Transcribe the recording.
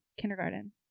kindergarten